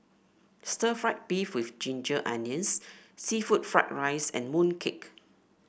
stir fry beef with Ginger Onions seafood Fried Rice and mooncake